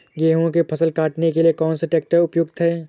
गेहूँ की फसल काटने के लिए कौन सा ट्रैक्टर उपयुक्त है?